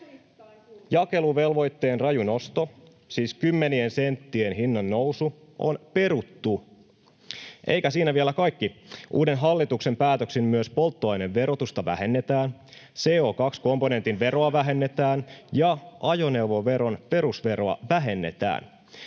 Jakeluvelvoitteen raju nosto, siis kymmenien senttien hinnan nousu, on peruttu. Eikä siinä vielä kaikki: Uuden hallituksen päätöksin myös polttoaineverotusta vähennetään, [Anne Kalmari: Jakeluvelvoitteen nostamisen verran!] CO2-komponentin veroa vähennetään ja ajoneuvoveron perusveroa vähennetään.